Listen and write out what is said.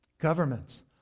Governments